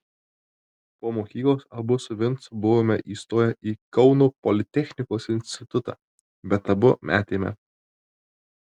po mokyklos abu su vincu buvome įstoję į kauno politechnikos institutą bet abu metėme